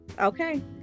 Okay